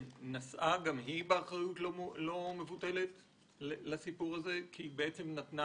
נשאה גם היא באחריות לא מבוטלת לסיפור הזה כי היא נתנה